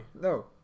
No